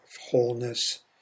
wholeness